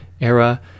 era